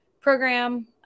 program